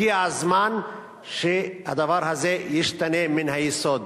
הגיע הזמן שהדבר הזה ישתנה מן היסוד.